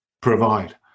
provide